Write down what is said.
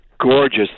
gorgeous